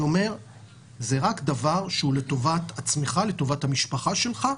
זה רק דבר שהוא לטובת עצמך, לטובת המשפחה שלך.